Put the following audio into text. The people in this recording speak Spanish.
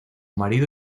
marido